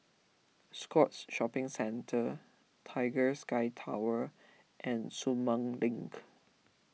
Scotts Shopping Centre Tiger Sky Tower and Sumang Link